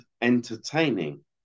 entertaining